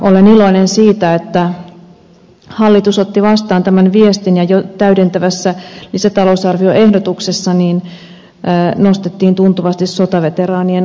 olen iloinen siitä että hallitus otti vastaan tämän viestin ja täydentävässä lisätalousarvioehdotuksessa nostettiin tuntuvasti sotaveteraanien kuntoutusmäärärahoja